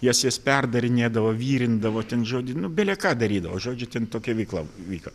jas jas perdarinėdavo virindavo ten žodį nu bele ką darydavo žodžiu ten tokia veikla vyko